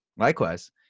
Likewise